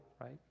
right